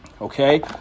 okay